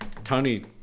Tony